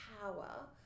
power